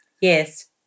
Yes